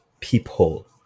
peephole